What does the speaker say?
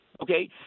Okay